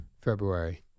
February